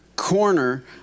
Corner